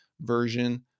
version